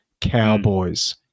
Cowboys